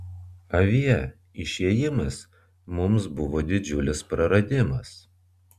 avie išėjimas mums buvo didžiulis praradimas